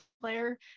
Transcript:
player